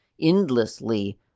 endlessly